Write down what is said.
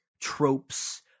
tropes